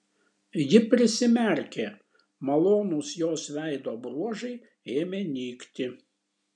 ji prisimerkė malonūs jos veido bruožai ėmė nykti